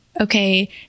okay